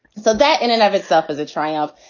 so that in and of itself, as a triumph,